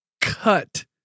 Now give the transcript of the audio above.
cut